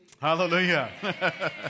Hallelujah